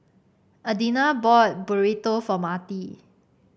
Adina bought Burrito for Marti